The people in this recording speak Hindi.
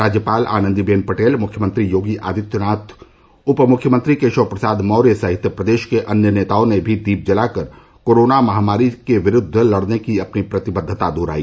राज्यपाल आनन्दी बेन पटेल मुख्यमंत्री योगी आदित्यनाथ उपमुख्यमंत्री केशव प्रसाद मौर्य सहित प्रदेश के अन्य नेताओं ने भी दीप जलाकर कोरोना महामारी के विरूद्व लड़ने की अपनी प्रतिबद्धता दुहराई